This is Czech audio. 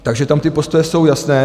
Takže tam ty postoje jsou jasné.